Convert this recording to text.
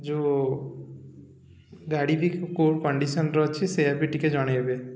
ଯେଉଁ ଗାଡ଼ି ବି କେଉଁ କଣ୍ଡିସନ୍ର ଅଛି ସେଇଆ ବି ଟିକେ ଜଣେଇବେ